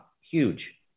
huge